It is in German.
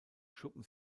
schuppen